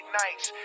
nights